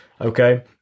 okay